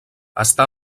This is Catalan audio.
està